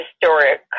historic